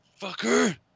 fucker